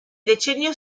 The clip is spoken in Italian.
decennio